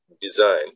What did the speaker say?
design